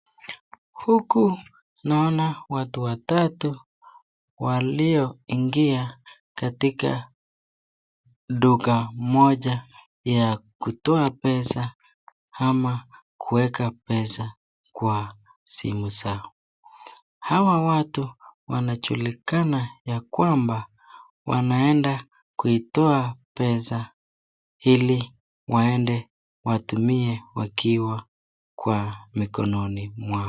Huku naona watu watatu walioingia katika duka moja ya kutoa pesa ama kuweka pesa kwa simu zao. Hawa watu wanajulikana ya kwamba wanaenda kuitoa pesa ili waende watumie wakiwa kwa mikononi.